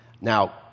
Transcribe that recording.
Now